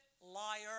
liar